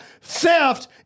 theft